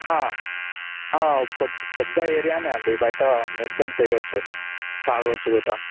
ఒక పెద్ద ఏరియానే అండి బయట మెన్షన్ చెయ్యొచ్చు తాగొచ్చు కూడా